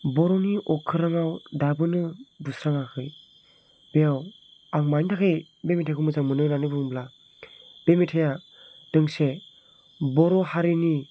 बर'नि अख्राङाव दाबोनो बुस्राङाखै बेयाव आं मानि थाखाय बे मेथायखौ मोजां मोनो होननानै बुङोब्ला बे मेथाया दोंसे बर' हारिनि